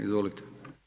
Izvolite.